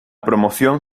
promoción